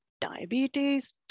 diabetes